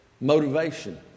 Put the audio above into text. motivation